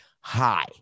Hi